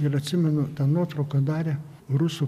ir atsimenu tą nuotrauką darė rusų